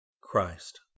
Christ